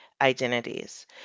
identities